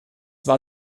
war